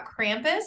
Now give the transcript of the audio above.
Krampus